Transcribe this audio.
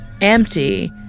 empty